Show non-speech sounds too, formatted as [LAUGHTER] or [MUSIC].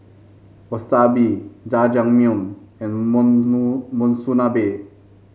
Wasabi Jajangmyeon and [UNINTELLIGIBLE] Monsunabe